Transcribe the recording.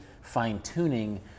fine-tuning